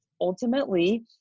ultimately